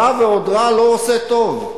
רע ועוד רע לא עושה טוב.